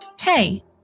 Hey